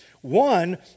One